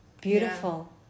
beautiful